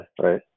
Right